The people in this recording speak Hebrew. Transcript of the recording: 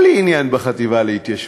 אין לי עניין בחטיבה להתיישבות,